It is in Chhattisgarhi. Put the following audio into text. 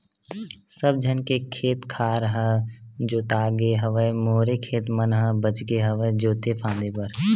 सब झन के खेत खार ह जोतागे हवय मोरे खेत मन ह बचगे हवय जोते फांदे बर